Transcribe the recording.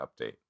update